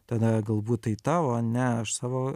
tada galbūt tai tavo ne aš savo